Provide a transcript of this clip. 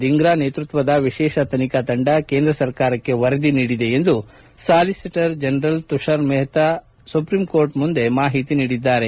ದಿಂಗ್ರಾ ನೇತೃತ್ತದ ವಿಶೇಷ ತನಿಖಾ ತಂಡ ಕೇಂದ್ರ ಸರ್ಕಾರಕ್ಕೆ ವರದಿ ನೀಡಿದೆ ಎಂದು solicitor general Tushar Mehta supreme court ಮುಂದೆ ಮಾಹಿತಿ ನೀಡಿದರು